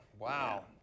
Wow